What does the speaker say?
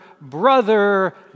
brother